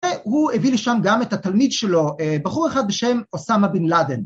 ‫והוא הביא לי שם גם את התלמיד שלו, ‫בחור אחד בשם אוסמה בן לאדן.